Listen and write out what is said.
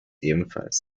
ebenfalls